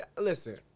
Listen